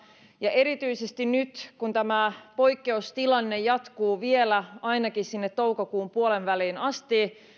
ja erityisesti nyt kun tämä poikkeustilanne jatkuu vielä ainakin sinne toukokuun puoliväliin asti